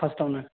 फार्स्टावनो